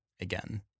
again